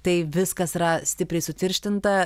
tai viskas yra stipriai sutirštinta